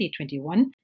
2021